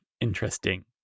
interesting